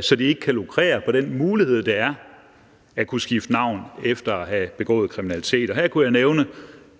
så de ikke kan lukrere på den mulighed, det er, at kunne skifte navn efter at have begået kriminalitet. Her kunne jeg nævne